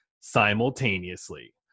simultaneously